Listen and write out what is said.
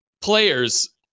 Players